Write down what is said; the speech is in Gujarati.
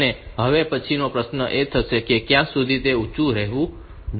અને હવે પછીનો પ્રશ્ન એ છે કે તે ક્યાં સુધી ઊંચું રહેવું જોઈએ